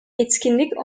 etkinlik